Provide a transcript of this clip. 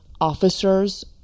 officers